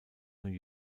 new